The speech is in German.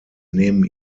nehmen